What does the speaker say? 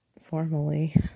formally